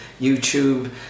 YouTube